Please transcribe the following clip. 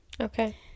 Okay